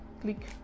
click